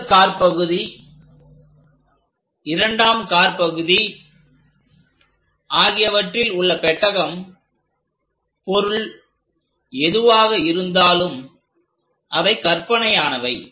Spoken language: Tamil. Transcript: முதல் காற்பகுதி இரண்டாம் காற்பகுதி ஆகியவற்றில் உள்ள பெட்டகம் பொருள் எதுவாக இருந்தாலும் அவை கற்பனையானவை